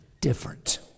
different